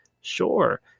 sure